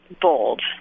bold